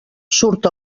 surt